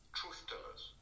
truth-tellers